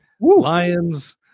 Lions